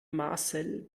marcel